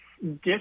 different